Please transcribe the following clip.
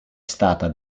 stata